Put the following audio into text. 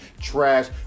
Trash